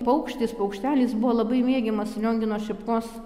paukštis paukštelis buvo labai mėgiamas liongino šepkos